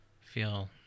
feel